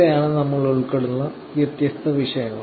ഇവയാണ് നമ്മൾ ഉൾക്കൊള്ളുന്ന വ്യത്യസ്ത വിഷയങ്ങൾ